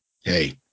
hey